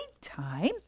time